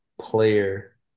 player